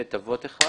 בית אבות אחד,